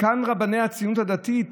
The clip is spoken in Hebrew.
זקן רבני הציונות הדתית